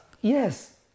Yes